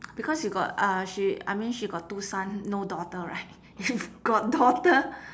because you got uh she I mean she got two son no daughter right if got daughter